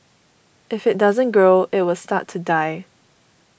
if it doesn't grow it will start to die